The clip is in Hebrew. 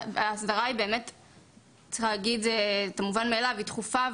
צריך להגיד את המובן מאליו, ההסדרה היא דחופה.